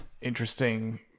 interesting